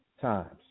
times